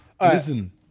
Listen